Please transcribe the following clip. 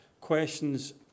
questions